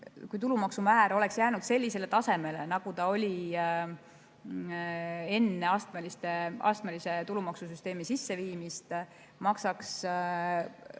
Kui tulumaksu määr oleks jäänud sellisele tasemele, nagu see oli enne astmelise tulumaksu süsteemi sisseviimist, maksaks